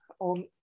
on